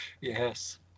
Yes